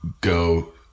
go